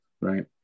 right